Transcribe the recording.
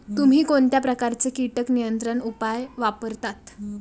तुम्ही कोणत्या प्रकारचे कीटक नियंत्रण उपाय वापरता?